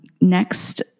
next